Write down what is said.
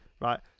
Right